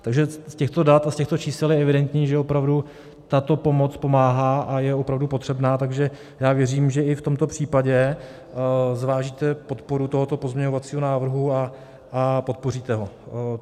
Takže z těchto dat a z těchto čísel je evidentní, že opravdu tato pomoc pomáhá a je opravdu potřebná, takže věřím, že i v tomto případě zvážíte podporu tohoto pozměňovacího návrhu a podpoříte ho.